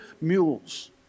mules